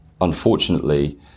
unfortunately